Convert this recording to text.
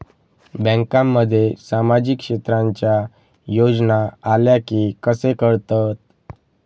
बँकांमध्ये सामाजिक क्षेत्रांच्या योजना आल्या की कसे कळतत?